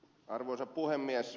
arvoisa puhemies